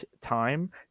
time